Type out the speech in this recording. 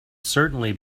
certainly